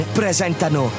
presentano